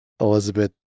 Elizabeth